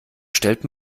stellt